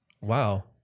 Wow